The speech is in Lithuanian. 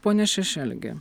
pone šešelgi